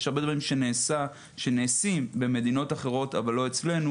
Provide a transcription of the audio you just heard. יש הרבה דברים שנעשים במדינות אחרות אבל לא אצלנו.